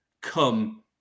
come